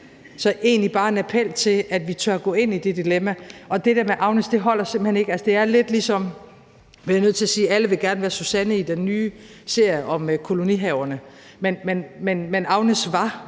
er egentlig bare en appel til, at vi tør at gå ind i det dilemma. Og det der med Agnes holder simpelt hen ikke. Altså, det er lidt ligesom, bliver jeg nødt til at sige, at alle gerne vil være Susanne i den nye serie om kolonihaverne. Men Agnes var